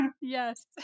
yes